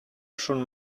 schon